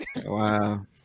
Wow